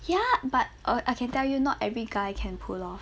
ya but err I can tell you not every guy can pull off